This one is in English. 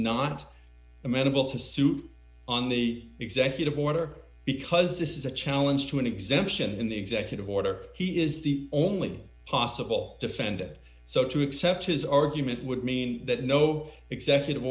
not amenable to suit on the executive order because this is a challenge to an exemption in the executive order he is the only possible defend it so to accept his argument would mean that no executive